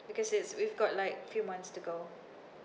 because it's we've got like few months to go